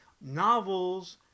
Novels